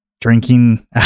drinking